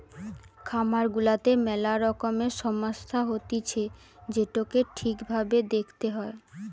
খামার গুলাতে মেলা রকমের সমস্যা হতিছে যেটোকে ঠিক ভাবে দেখতে হয়